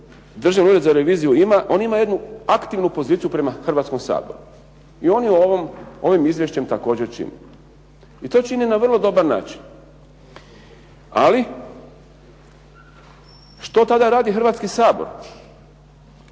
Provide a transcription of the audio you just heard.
Državni ured za reviziju ima, on ima jednu aktivnu poziciju prema Hrvatskom saboru i on je ovim izvješćem također čini. I to čini na vrlo dobar način. Ali, što tada radi Hrvatski sabor?